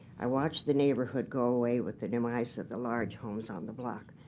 i watched the neighborhood go away with the demise of the large homes on the block.